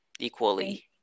equally